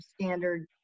standard